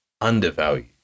undervalued